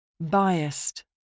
Biased